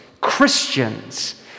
Christians